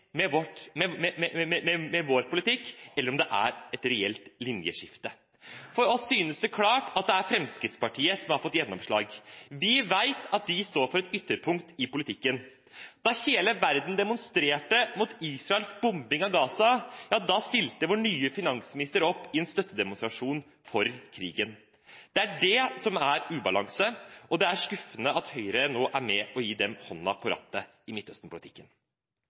med på merknader om at bosettingene er et problem, og at volden er økende. Er det dette som er den nye balansen til den nye regjeringen? Jeg oppfordrer utenriksministeren til å svare på om han er enig i vår politikk, eller om det er et reelt linjeskifte. For oss synes det klart at det er Fremskrittspartiet som har fått gjennomslag. Vi vet at de står på et ytterpunkt i politikken. Da hele verden demonstrerte mot Israels bombing av Gaza, stilte vår nye finansminister opp i en støttedemonstrasjon for krigen. Det er det som er ubalanse,